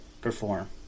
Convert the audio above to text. perform